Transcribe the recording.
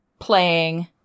playing